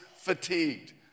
fatigued